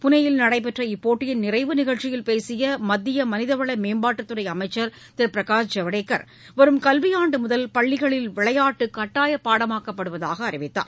புளேயில் நடைபெற்ற இப்போட்டியின் நிறைவு நிகழ்ச்சியில் பேசியமத்திய மனிதவள மேம்பாட்டுத் துறை அமைச்சர் திரு பிரகாஷ் ஜவ்டேகர் வரும் கல்வியாண்டு முதல் பள்ளிகளில் விளையாட்டு கட்டாய பாடமாக்கப்படுவதாக அறிவித்தார்